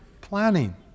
planning